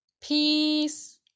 Peace